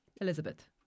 Elizabeth